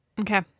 Okay